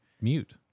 mute